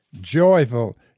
Joyful